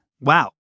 Wow